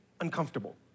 uncomfortable